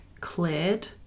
cleared